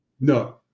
no